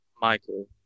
Michael